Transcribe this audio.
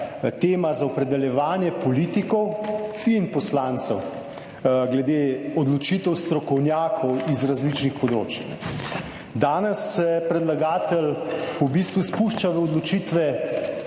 tema za opredeljevanje politikov in poslancev glede odločitev strokovnjakov iz različnih področij. Danes se predlagatelj v bistvu spušča v odločitve